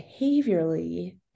behaviorally